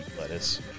Lettuce